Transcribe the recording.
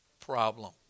problem